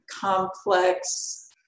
complex